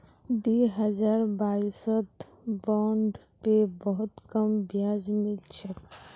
दी हजार बाईसत बॉन्ड पे बहुत कम ब्याज मिल छेक